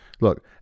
look